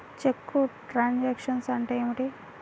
చెక్కు truncation అంటే ఏమిటి?